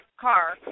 car